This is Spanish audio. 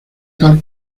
tal